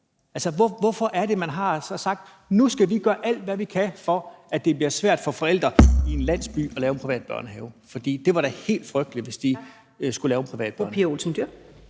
ud. Hvorfor er det, man har sagt: Nu skal vi gøre alt, hvad vi kan, for, at det bliver svært for forældre i en landsby at lave en privat børnehave? For det var da helt frygteligt, hvis de skulle lave en privat børnehave.